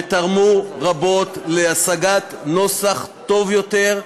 שתרמו רבות להשגת נוסח טוב יותר,